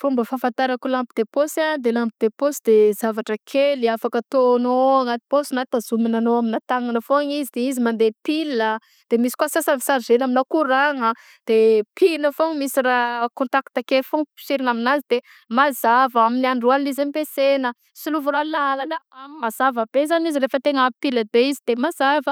Fomba fahafantarako lampy de pôsy a, de lampy de pôsy de zavatra kely afaka ataonao anaty pôsy na tazomina nao amy tagnana foagna izy de izy mandeha pila de misy kôa ny sasany chargena aminà courant-gna de pihigna foagna misy raha contact ake foagna poserina aminazy de mazava amin'ny andro alina izy ampesaigna isolovina lalagna mam- mazava be zany izy rehefa tegna pile be izy de mazava.